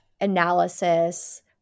analysis